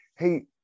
Hey